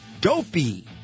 dopey